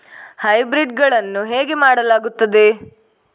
Hybrid ಗಳನ್ನು ಹೇಗೆ ಮಾಡಲಾಗುತ್ತದೆ?